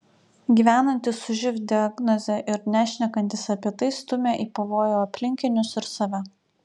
gyvenantys su živ diagnoze ir nešnekantys apie tai stumia į pavojų aplinkinius ir save